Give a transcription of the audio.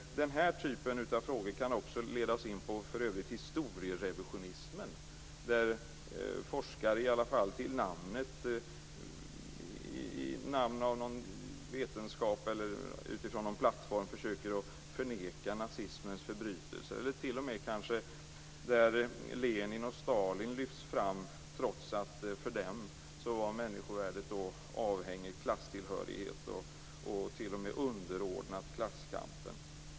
Den här typen av frågor kan ledas in på historierevisionismen, där forskare i alla fall i namn av någon vetenskap eller utifrån någon plattform försöker förneka nazismens förbrytelser och där kanske Lenin och Stalin lyfts fram trots att människovärdet för dem var avhängigt klasstillhörighet och t.o.m. underordnat klasskampen.